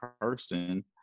person